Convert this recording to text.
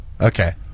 okay